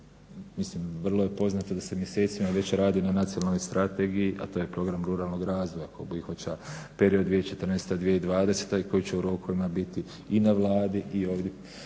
Mislim vrlo je poznato da se mjesecima već radi na Nacionalnoj strategiji, a to je program ruralnog razvoja koji obuhvaća period 2014.-2020. i koji će u rokovima biti i na Vladi i ovdje